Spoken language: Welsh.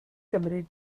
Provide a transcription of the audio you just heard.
gymryd